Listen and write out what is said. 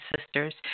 sisters